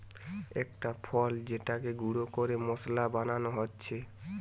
একটা ফল যেটাকে গুঁড়ো করে মশলা বানানো হচ্ছে